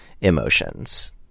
emotions